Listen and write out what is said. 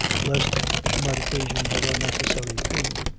lest she might occasion her unnecessary pain.